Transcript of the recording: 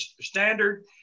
standard